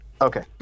Okay